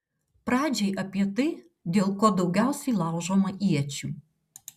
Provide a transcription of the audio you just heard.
pradžiai apie tai dėl ko daugiausiai laužoma iečių